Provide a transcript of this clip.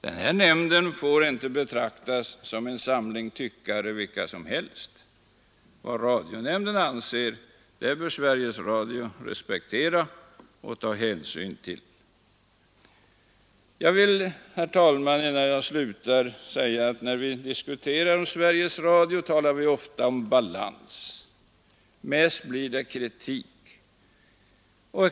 Den här nämnden får inte betraktas som vilken samling tyckare som helst. Vad radionämnden anser bör Sveriges Radio respektera och ta hänsyn till. Jag vill, herr talman, innan jag slutar säga att när vi diskuterar Sveriges Radio talar vi ofta om balans. Mest blir det kritik.